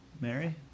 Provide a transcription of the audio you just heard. Mary